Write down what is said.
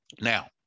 Now